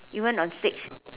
even on stage